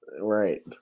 Right